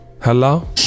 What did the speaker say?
hello